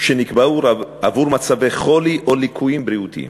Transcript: שנקבעו עבור מצבי חולי או ליקויים בריאותיים.